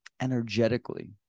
energetically